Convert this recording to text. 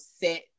set